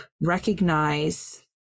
recognize